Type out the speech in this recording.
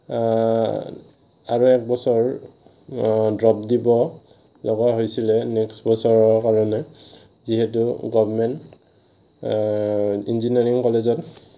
আৰু এবছৰ ড্ৰপ দিব লগা হৈছিলে নেক্সট বছৰৰ কাৰণে যিহেতু গভমেণ্ট ইঞ্জিনিয়াৰিং কলেজত